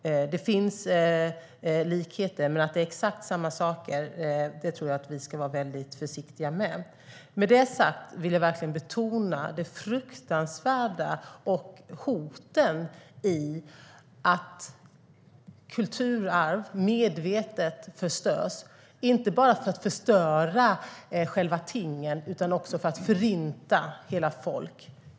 Det finns likheter men att det är exakt samma sak tycker jag att vi ska vara väldigt försiktiga med att säga. Med det sagt vill jag verkligen betona de fruktansvärda hot som ligger i att kulturarv medvetet förstörs, inte bara för att förstöra själva tingen utan också för att förinta hela folk.